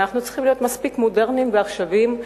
אנחנו צריכים להיות מספיק מודרניים ועכשוויים.